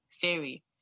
theory